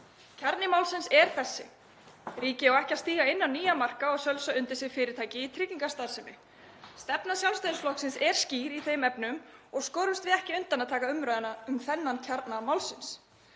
Kjarni málsins er þessi: Ríkið á ekki að stíga inn á nýjan markað og sölsa undir sig fyrirtæki í tryggingastarfsemi. Stefna Sjálfstæðisflokksins er skýr í þeim efnum og skorumst við ekki undan að taka umræðuna um þennan kjarna málsins.